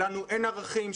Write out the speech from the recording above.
שלנו אין ערכים,